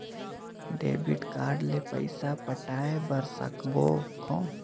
Debit card ले पइसा पटाय बार सकबो कौन?